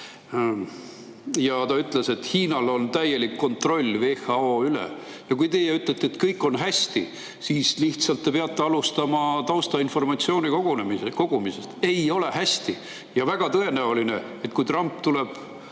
küsimuses, et Hiinal on täielik kontroll WHO üle. Ja kui teie ütlete, et kõik on hästi, siis lihtsalt te peate alustama taustainformatsiooni kogumisest. Ei ole hästi! On väga tõenäoline, et kui Trump tuleb